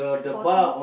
fourteen